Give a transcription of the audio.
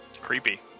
Creepy